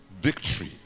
Victory